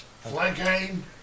Flanking